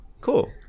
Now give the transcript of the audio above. cool